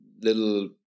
little